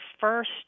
first